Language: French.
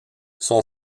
son